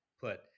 put